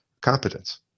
competence